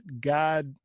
God